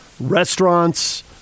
restaurants